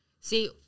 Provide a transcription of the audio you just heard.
see